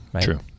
True